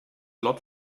lot